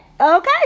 Okay